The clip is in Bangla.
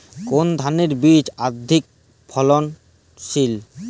কোন ধানের বীজ অধিক ফলনশীল?